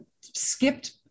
skipped